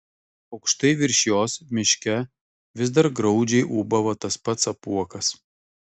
aukštai virš jos miške vis dar graudžiai ūbavo tas pats apuokas